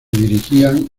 dirigían